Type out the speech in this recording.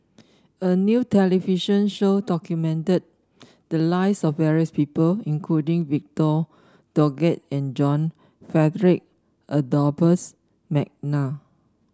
a new television show documented the lives of various people including Victor Doggett and John Frederick Adolphus McNair